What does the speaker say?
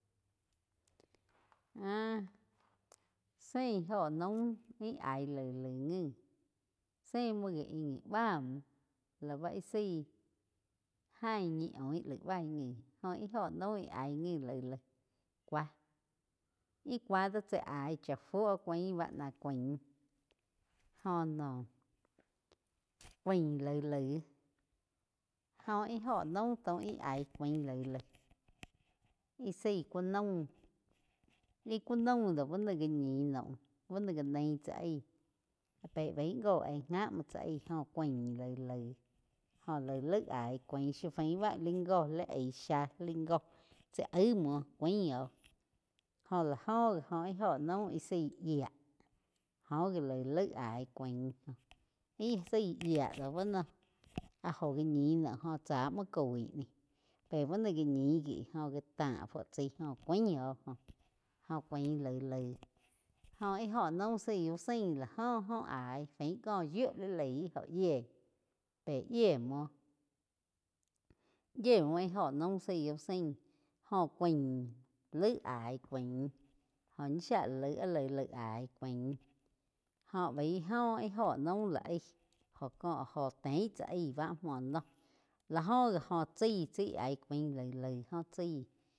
Áh sein óho naum íh aí laig, laig ngí zé muo gi ín ngi bá múo laú ih zaí jain ñi oin laig baí ngi óh íh óho naum íh aih ngi lai, lai cuá íh cuá do chaí aíg cha fuo báh nah cuain joh noh cuain lai, lai óh íh óho naum taum íh aíg cuain laig, laig íh zaí ku naum íh ku naum dó bá no gá ñin naum bá no gá nain tsáh aig. Pe bai ngo gíe gá muo tsá aig óh cuain laig, laig aí cuain shi fain li gó li aíg zhá li góh tsi aim muo cáin óh joh lá oh gi oh óho naum íh zaí yía joh laig aí cáin íh zaí yía do bú no áh jo gá ñun naum joh tsá múo coig ni pe bá no gá ñin gui óh tá fu chaíh óh cuáin oh, óh cuaín laig, laig óh íh óho naum zaí úh zain loh láh joh óh aíg fain có yíu li laig jó yíeí pe yie muo yie muo íh óho naum zái úh zain jó cúain laig aí cúain jóh ñi shía la laig áh laig aí cúain jo baí óh íh óho nual lá aíh jó có jo tein tsá aí báh múo noh láh óh gi óh chaí tsi íh aí laig, laig óh chaí.